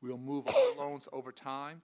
we will move home loans over time